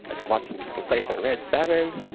ah to watch some people play some red seven,